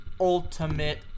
ultimate